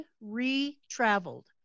re-traveled